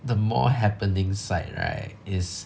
the more happening side right is